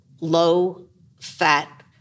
low-fat